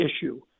issue